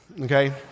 Okay